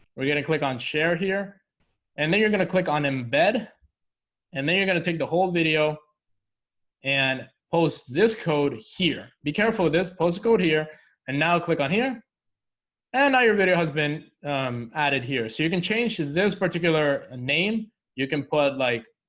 we're gonna click on share here and then you're gonna click on embed and then you're gonna take the whole video and post this code here be careful with this post code here and now click on here and now your video has been added here so you can change this particular name you can put like